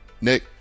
Nick